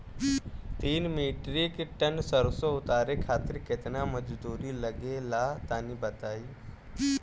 तीन metric ton सरसो उतारे खातिर केतना मजदूरी लगे ला तनि बताई?